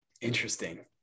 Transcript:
interesting